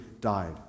died